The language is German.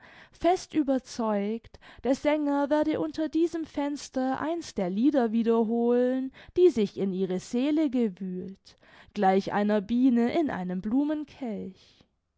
fest überzeugt der sänger werde unter diesem fenster eins der lieder wiederholen die sich in ihre seele gewühlt gleich einer biene in einem